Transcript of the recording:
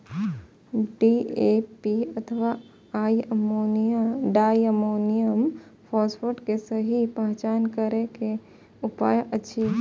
DAP अथवा di ammonium phosphate के सहि पहचान करे के कि उपाय अछि?